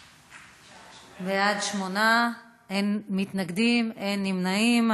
בעד, 8, אין מתנגדים, אין נמנעים.